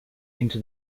into